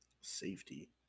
safety